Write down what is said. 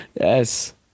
Yes